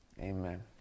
Amen